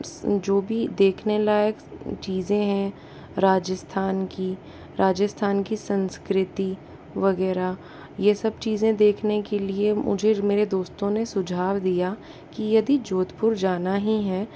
जो भी देखने लायक चीज़ें हैं राजस्थान की राजस्थान की संस्कृति वगैरह यह सब चीज़ें देखने के लिए मुझे मेरे दोस्तों ने सुझाव दिया कि यदि जोधपुर जाना ही है